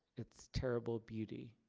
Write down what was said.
its terrible beauty.